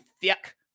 thick